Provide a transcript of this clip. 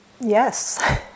yes